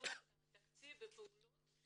ניצול התקציב ופעולות,